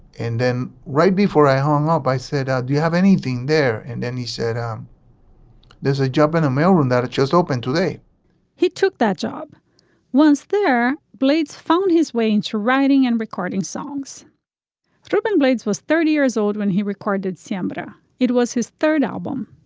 and then right before i hung up i said ah do you have anything there. and then he said. um there's a job in the mailroom that just opened today he took that job once their blades found his way into writing and recording songs ruben blades was thirty years old when he recorded sambora. um but it was his third album.